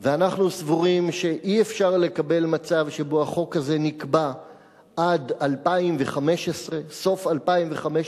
ואנחנו סבורים שאי-אפשר לקבל מצב שבו החוק הזה נקבע עד סוף 2015,